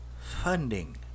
funding